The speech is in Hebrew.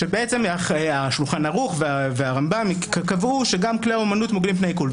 שבעצם השולחן ערוך והרמב"ם קבעו שגם כלי אומנות מוגנים מפני עיקול.